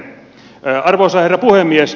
arvoisa herra puhemies